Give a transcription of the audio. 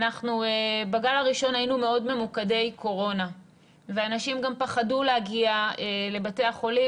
בגל הראשון היינו ממוקדי קורונה ואנשים גם פחדו להגיע לבתי החולים